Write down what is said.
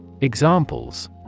Examples